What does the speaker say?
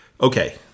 okay